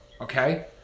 Okay